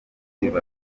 nk’uko